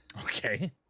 Okay